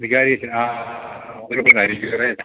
വികാരിയച്ചൻ ആ ആ